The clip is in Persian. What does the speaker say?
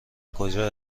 کجا